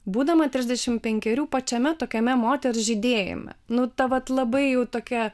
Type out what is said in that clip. būdama trisdešimt penkerių pačiame tokiame moters žydėjime nu ta vat labai jau tokia